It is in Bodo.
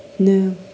नो